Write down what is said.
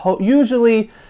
usually